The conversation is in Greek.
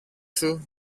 σου